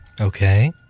okay